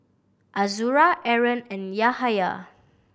Azura Aaron and Yahaya